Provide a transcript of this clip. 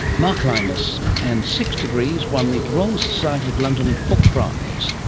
mark lynas, and six degrees won the royal society of london book prize.